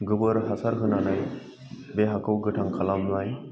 गोबोर हासार होनानै बे हाखौ गोथां खालामनाय